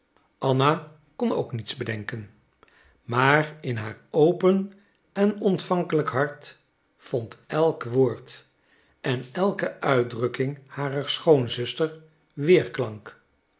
anna kon ook niets bedenken maar in haar open en ontvankelijk hart vond elk woord en elke uitdrukking harer schoonzuster weerklank